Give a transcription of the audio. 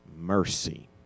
Mercy